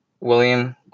William